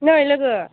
नै लोगो